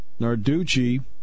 Narducci